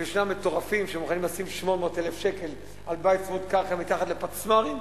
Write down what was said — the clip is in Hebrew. ישנם מטורפים שמוכנים לשים 800,000 שקל על בית צמוד קרקע מתחת לפצמ"רים,